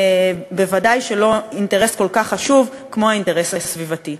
בוודאי לא אינטרס כל כך חשוב כמו האינטרס הסביבתי.